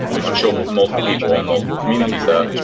um i'm sure multiple people on multiple communities are.